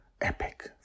epic